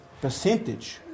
percentage